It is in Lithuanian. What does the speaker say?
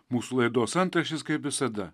mūsų laidos antraštės kaip visada